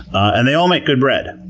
and they all make good bread.